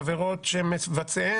אבל זה לא אופייני.